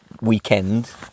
weekend